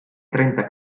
trenta